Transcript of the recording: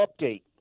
update